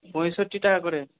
পঁয়ষট্টি টাকা করে